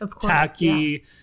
tacky